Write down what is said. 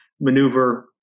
maneuver